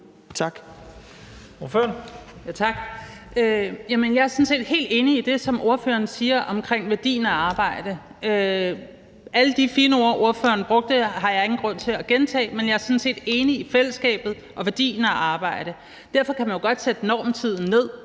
set helt enig i det, som ordføreren siger om værdien af arbejde. Alle de fine ord, ordføreren brugte, har jeg ingen grund til at gentage, men jeg er sådan set enig i det med fællesskabet og værdien af arbejde. Men derfor kan man jo godt sætte normtiden ned,